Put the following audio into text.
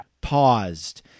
paused